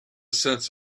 sense